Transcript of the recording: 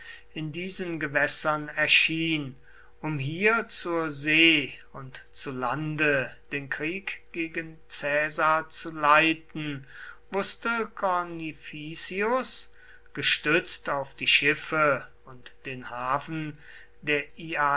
in diesen gewässern erschien um hier zur see und zu lande den krieg gegen caesar zu leiten wußte cornificius gestützt auf die schiffe und den hafen der